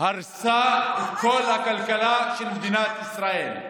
הרסה את כל הכלכלה של מדינת ישראל.